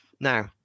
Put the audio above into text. Now